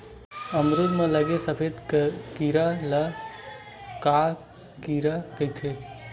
अमरूद म लगे सफेद कीरा ल का कीरा कइथे?